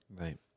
Right